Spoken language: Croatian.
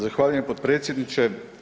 Zahvaljujem potpredsjedniče.